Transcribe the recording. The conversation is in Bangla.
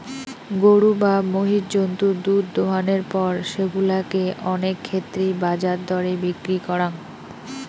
গরু বা মহিষ জন্তুর দুধ দোহানোর পর সেগুলা কে অনেক ক্ষেত্রেই বাজার দরে বিক্রি করাং